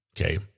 Okay